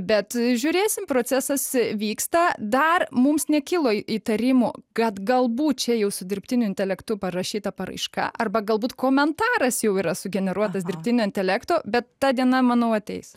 bet žiūrėsim procesas vyksta dar mums nekilo įtarimų kad galbūt čia jau su dirbtiniu intelektu parašyta paraiška arba galbūt komentaras jau yra sugeneruotas dirbtinio intelekto bet ta diena manau ateis